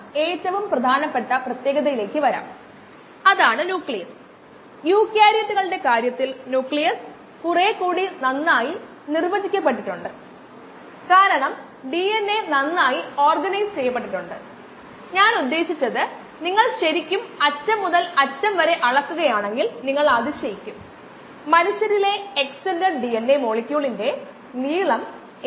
log ഫേസിലെ നിർദ്ദിഷ്ട വളർച്ചാ നിരക്ക് 0